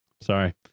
Sorry